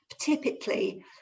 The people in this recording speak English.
typically